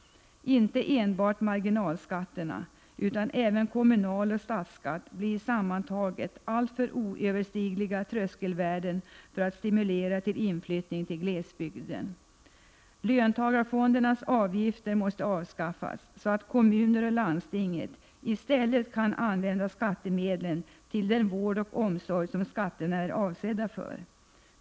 Inte enbart marginalskatterna utan även kommunalskatten och statsskatten blir sammantagna alltför oöverstigliga tröskelvärden när det gäller att stimulera till inflyttning till glesbygden. Löntagarfondsavgifterna måste avskaffas, så att kommuner och landsting i stället kan använda skattemedlen till den vård och omsorg som skatterna är avsedda för.